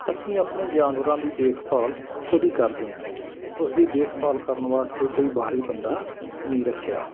ਅਸੀਂ ਆਪਣੇ ਜਾਨਵਰਾਂ ਦੀ ਦੇਖਭਾਲ ਖੁਦ ਹੀ ਕਰਦੇ ਹਾਂ ਉਸ ਦੀ ਦੇਖਭਾਲ ਕਰਨ ਵਾਸਤੇ ਕੋਈ ਬਾਹਰੀ ਬੰਦਾ ਨਹੀਂ ਰੱਖਿਆ